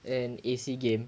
an A_C game